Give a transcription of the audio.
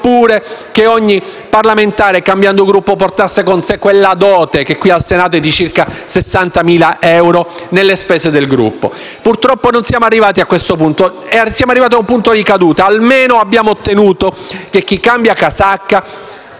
oppure che ogni parlamentare, cambiando Gruppo, portasse con sé quella dote, che qui al Senato è di circa 60.000 euro, nelle spese del Gruppo. Purtroppo, non siamo arrivati a quel punto, siamo arrivati a un punto di caduta: almeno, abbiamo ottenuto che chi cambia casacca